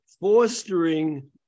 fostering